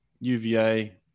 UVA